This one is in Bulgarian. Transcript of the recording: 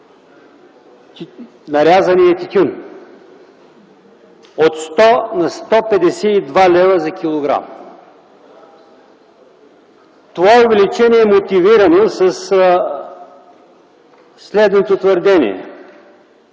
нарязания тютюн от 100 на 152 лв. за килограм. Това увеличение е мотивирано със следното твърдение